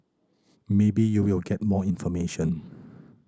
maybe you will get more information